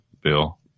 Bill